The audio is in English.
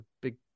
big